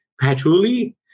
patchouli